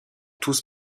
tous